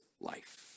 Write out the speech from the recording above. life